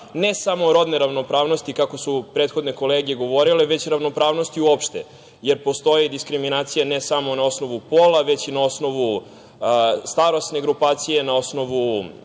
ne samo rodne ravnopravnosti, kako su prethodne kolege govorile, već ravnopravnosti uopšte jer postoji i diskriminacija ne samo na osnovu pola, već i na osnovu starosne grupacije, na osnovu